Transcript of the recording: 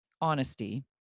honesty